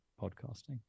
podcasting